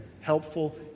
helpful